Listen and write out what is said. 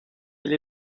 elle